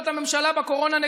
להנחיות הממשלה בקורונה.